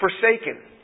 forsaken